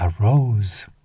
arose